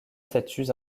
statues